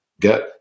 Get